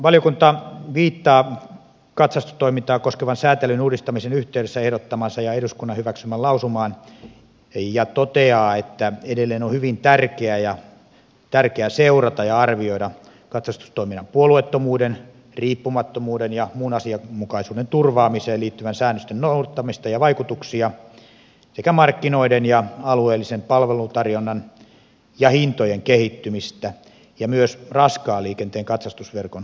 valiokunta viittaa katsastustoimintaa koskevan sääntelyn uudistamisen yhteydessä ehdottamaansa ja eduskunnan hyväksymään lausumaan ja toteaa että edelleen on hyvin tärkeää seurata ja arvioida katsastustoiminnan puolueettomuuden riippumattomuuden ja muun asianmukaisuuden turvaamiseen liittyvien säännösten noudattamista ja vaikutuksia markkinoiden ja alueellisen palvelutarjonnan ja hintojen kehittymistä ja myös raskaan liikenteen katsastusverkoston riittävyyttä